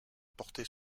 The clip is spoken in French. porter